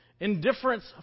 indifference